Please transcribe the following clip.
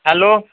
hello